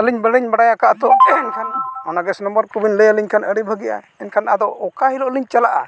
ᱟᱞᱤᱝ ᱵᱟᱹᱞᱤᱧ ᱵᱟᱲᱟᱭ ᱟᱠᱟᱫᱼᱟ ᱛᱳ ᱮᱱᱠᱷᱟᱱ ᱚᱱᱟ ᱠᱚᱵᱤᱱ ᱞᱟᱹᱭᱟᱞᱤᱧ ᱠᱷᱟᱱ ᱟᱹᱰᱤ ᱵᱷᱟᱜᱮᱜᱼᱟ ᱮᱱᱠᱷᱟᱱ ᱟᱫᱚ ᱚᱠᱟ ᱦᱤᱞᱳᱜ ᱞᱤᱧ ᱪᱟᱞᱟᱜᱼᱟ